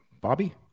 Bobby